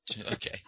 okay